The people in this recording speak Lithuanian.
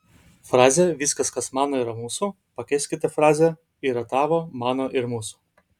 frazę viskas kas mano yra mūsų pakeiskite fraze yra tavo mano ir mūsų